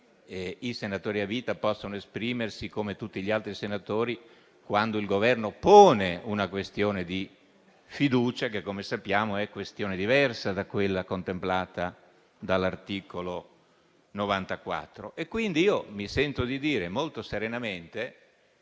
i senatori a vita possano esprimersi come tutti gli altri senatori, quando il Governo pone una questione di fiducia, che, come sappiamo, è questione diversa da quella contemplata dall'articolo 94. Mi sento quindi di dire molto serenamente